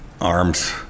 arms